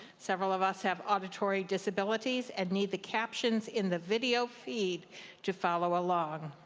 several of us have auditory disabilities and need the captions in the video feed to follow along.